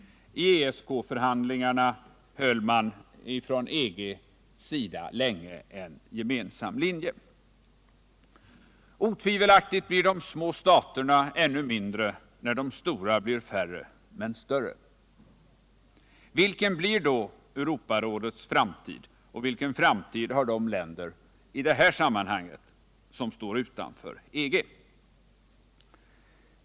I ESK-förhandlingarna höll EG-länderna länge en gemensam linje. Otvivelaktigt blir de små staterna ännu mindre när de stora blir färre men större. Vilken blir då Europarådets framtid, och vilken framtid i det här sammanhanget har de länder som står utanför EG?